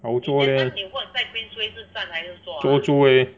好坐 leh 坐著:zuo eh